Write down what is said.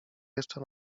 jeszcze